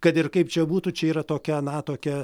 kad ir kaip čia būtų čia yra tokia na tokia